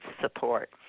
support